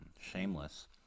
Shameless